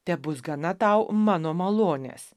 tebus gana tau mano malonės